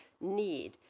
need